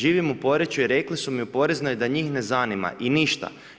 Živim u Poreču i rekli su mi u Poreznoj da njih ne zanima i ništa.